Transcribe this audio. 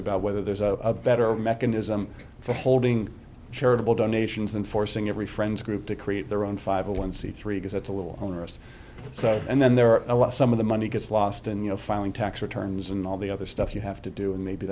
about whether there's a better mechanism for holding charitable donations and forcing every friend group to create their own five a one c three because it's a little onerous and then there are a lot some of the money gets lost and you know filing tax returns and all the other stuff you have to do and maybe